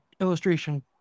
illustration